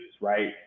right